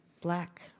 black